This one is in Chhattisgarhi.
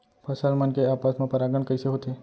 फसल मन के आपस मा परागण कइसे होथे?